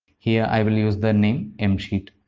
here i will use the name m sheet.